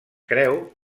creu